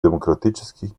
демократических